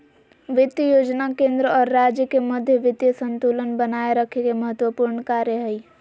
वित्त योजना केंद्र और राज्य के मध्य वित्तीय संतुलन बनाए रखे के महत्त्वपूर्ण कार्य हइ